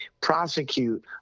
prosecute